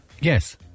Yes